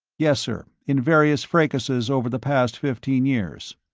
yes, sir. in various fracases over the past fifteen years.